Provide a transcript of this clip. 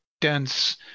dense